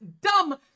dumb